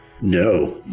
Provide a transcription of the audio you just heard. No